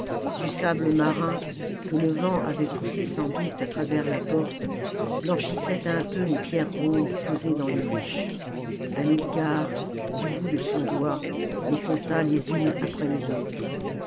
du sable marin que le vent avait poussé sans doute à travers la porte blanchissait un peu les pierres rondes posées dans les niches hamilcar du bout de son doigt les compta les unes après les autres